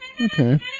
Okay